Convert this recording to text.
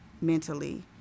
mentally